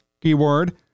keyword